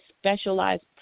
specialized